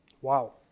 Wow